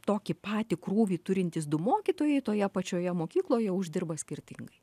tokį patį krūvį turintys du mokytojai toje pačioje mokykloje uždirba skirtingai